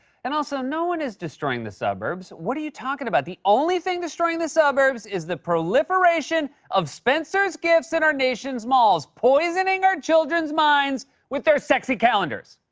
and also, no one is destroying the suburbs. what are you talkin' about? the only thing destroying the suburbs is the proliferation of spencer's gifts in our nation's malls, poisoning our children's minds with their sexy calendars!